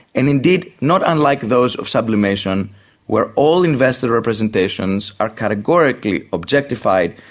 and indeed not unlike those of sublimation where all invested representations are categorically objectified.